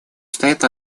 стоят